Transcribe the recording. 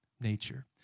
nature